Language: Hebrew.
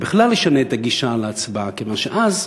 זה בכלל ישנה את הגישה להצבעה, כיוון שאז